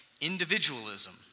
individualism